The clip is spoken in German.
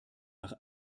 nach